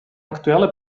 aktuelle